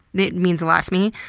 it means a lot to me.